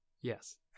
Yes